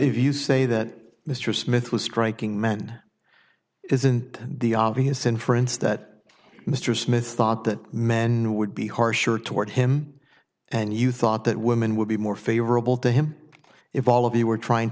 if you say that mr smith was striking men isn't the obvious inference that mr smith thought that men would be harsher toward him and you thought that women would be more favorable to him if all of you were trying